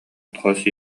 хос